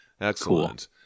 excellent